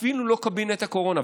אפילו לא קבינט הקורונה.